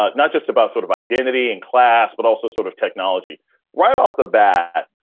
ah not just about sort of identity and class, but also sort of technology right off the bat.